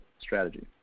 strategy